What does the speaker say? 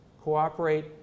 cooperate